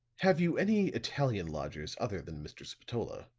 have you any italian lodgers other than mr. spatola?